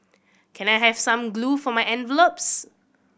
can I have some glue for my envelopes